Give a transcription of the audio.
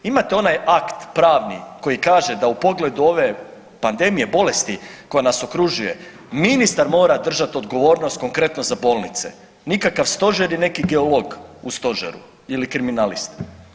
Imate onaj akt pravni koji kaže da u pogledu ove pandemije bolesti koja nas okružuje ministar mora držati odgovornost konkretno za bolnice, nikakav Stožer i neki geolog u Stožeru ili kriminalist.